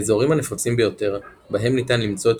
האזורים הנפוצים ביותר בהם ניתן למצוא את